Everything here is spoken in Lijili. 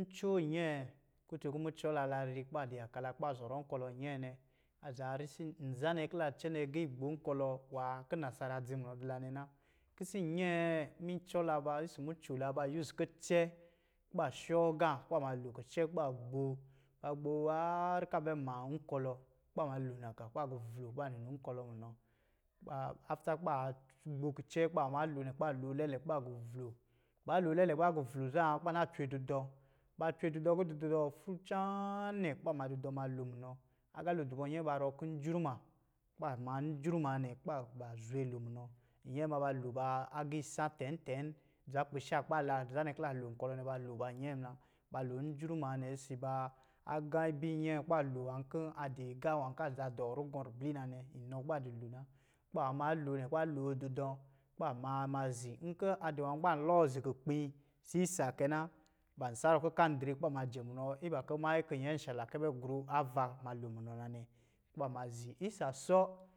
ncoo nyɛɛ, kutu kɔ̄ mucɔɔla la ri kuba di yaka la kuba zɔrɔ nkɔlɔ nyɛɛ nɛ, aza risi nzanɛ ki la cɛnɛ agiigbo nkɔlɔ nwā ki nasara dzi munɔ di la nɛ na. Kisi nyɛɛ, mincɔɔla ba isi mucoola ba kicɛ kuba shɔɔgā kuba ma loo, kicɛ kuba gbo. Ba gbo harrka bɛ ma nkɔlɔ kuba ma oonagā kuba guvlɔ kuba ninu nkɔlɔ munɔ. Baa kuba gbo kicɛ kuba baa ma loonɛ, kuba loo lɛɛlɛ kuba guvol-. Ba loo lɛɛlɛ kuba guvlɔ zan, kuba cwe didɔ̄. Ba cwe didɔ̄ kɔ̄ didɔ̄ fru caaan nɛ, kuba ma didɔ̄ ma loo munɔ. Agalo di bɔ nyɛɛ ba rɔ kɔ̄ njruma, kuba ma njruma nɛ, kuba ba zwe loo munɔ. Nyɛɛ ma ba loo baa agiisan tɛntɛn, dza gbiisa kuba la, nzanɛ kila loo nkɔlɔ nɛ, ba loo ba nyɛɛ muna. Ba loo njruma nɛ si ba agā ibi nyɛɛ kuba loo nwā kɔ̄ a di agā nwā ka za dɔɔ rugɔ̄ ribli nanɛ, inɔ kuba di loo na. Kuba ba maa loonɛ, kuba loo didɔ̄, kuba maa ma zi. Nkɔ̄ a di nwā kɔ̄ ban iɔɔ zi kukpi, sɛisa kɛ na, ban sarɔ kikandrɛ kuba majɛ munɔ, iba kɔ̄ manyi ki nyɛnshala kɛ bɛ grull ava ma loo munɔ na nɛ. Kuba ba ma zi. Isa sɔ.